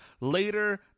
later